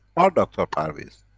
our dr. parviz?